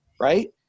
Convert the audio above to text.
Right